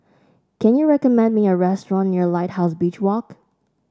can you recommend me a restaurant near Lighthouse Beach Walk